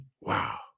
Wow